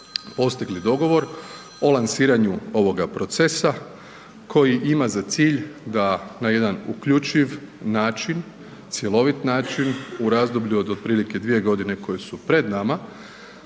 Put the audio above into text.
postigli dogovor o lansiranju ovoga procesa koji ima za cilj da na jedan uključiv način, cjelovit način u razdoblju od otprilike 2.g. koje su pred nama,